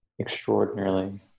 extraordinarily